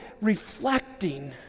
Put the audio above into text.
reflecting